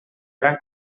gran